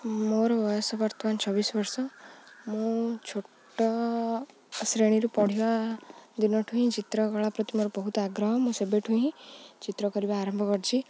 ମୋର ବୟସ ବର୍ତ୍ତମାନ ଛବିଶି ବର୍ଷ ମୁଁ ଛୋଟ ଶ୍ରେଣୀରୁ ପଢ଼ିବା ଦିନଠୁ ହିଁ ଚିତ୍ର କଳା ପ୍ରତି ମୋର ବହୁତ ଆଗ୍ରହ ମୁଁ ସେବେଠୁ ହିଁ ଚିତ୍ର କରିବା ଆରମ୍ଭ କରିଛିି